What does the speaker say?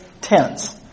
tense